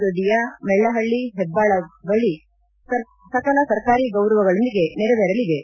ದೊಡ್ಡಿಯ ಮೆಳ್ಳಪಳ್ಳಿ ಹೆಬ್ಬಾಳ ಬಳಿ ಸಕಲ ಸರ್ಕಾರಿ ಗೌರವಗಳೊಂದಿಗೆ ನೆರವೇರಲಿವೆ